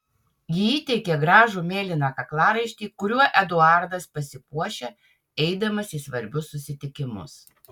ji įteikė gražų mėlyną kaklaraištį kuriuo eduardas pasipuošia eidamas į svarbius susitikimus